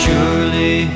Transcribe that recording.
Surely